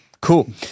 Cool